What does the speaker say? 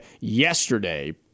yesterday